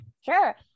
Sure